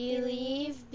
Believe